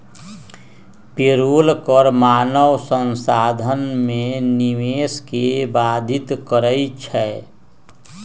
payroll कर मानव संसाधन में निवेश के बाधित करइ छै